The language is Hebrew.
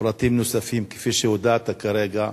פרטים נוספים, כפי שהודעת כרגע.